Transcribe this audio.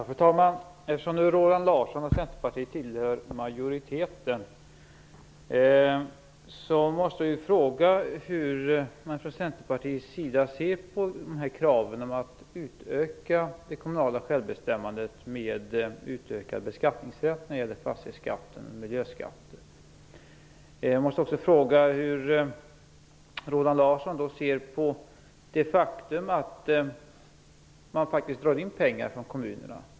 Fru talman! Eftersom Roland Larsson och Centerpartiet tillhör majoriteten måste jag fråga hur man från Centerpartiets sida ser på kraven om ett utökat kommunalt självbestämmande med utökad beskattningsrätt när det gäller fastighetsskatten och miljöskatter. Jag måste också fråga hur Roland Larsson ser på det faktum att man faktiskt drar in pengar från kommunerna.